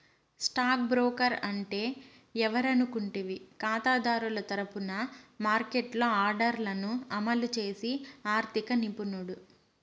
stock broker అంటే ఎవరనుకుంటివి కాతాదారుల తరపున మార్కెట్లో ఆర్డర్లను అమలు చేసి ఆర్థిక నిపుణుడు